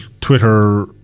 Twitter